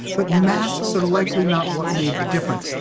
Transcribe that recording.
but masks are likely not what made the difference.